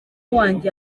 wanjye